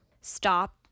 Stop